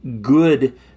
good